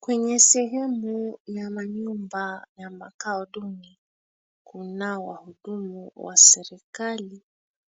Kwenye sehemu ya manyumba ya makao duni, kunao wahudumu wa serikali,